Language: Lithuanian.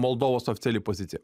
moldovos oficiali pozicija